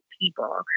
people